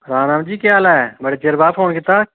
राम राम जी केह् हाल ऐ बड़े चिर बाद फोन कीता